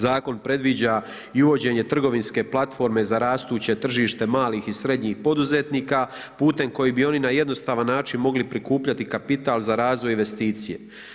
Zakon predviđa i uvođenje trgovinske platforme za rastuće tržište malih i srednjih poduzetnika putem kojih bi oni na jednostavan način mogli prikupljati kapital za razvoj investicije.